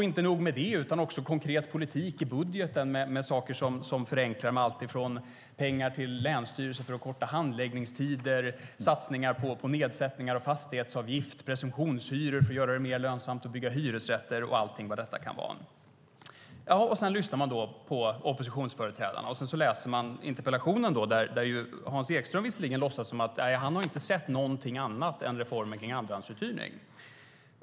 Inte nog med dessa saker finns konkret politik i fråga om budget, att förenkla, ge pengar till länsstyrelser för att korta handläggningstider, satsningar på nedsättningar av fastighetsavgift, presumtionshyror för att göra det mer lönsamt att bygga hyresrätter och så vidare. Sedan lyssnar man på oppositionsföreträdarna och läser interpellationen. Hans Ekström låtsas som att han inte har sett något annat än reformen av andrahandsuthyrning.